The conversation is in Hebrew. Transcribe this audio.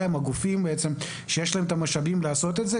עם הגופים שיש להם את המשאבים לעשות את זה?